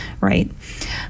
right